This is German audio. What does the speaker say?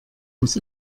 muss